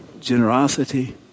generosity